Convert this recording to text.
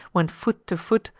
when, foot to foot,